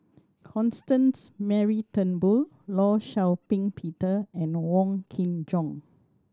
Constance Mary Turnbull Law Shau Ping Peter and Wong Kin Jong